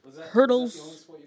Hurdles